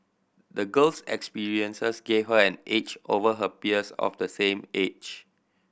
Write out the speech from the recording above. the girl's experiences gave her an edge over her peers of the same age